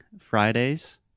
Fridays